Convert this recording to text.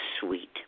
sweet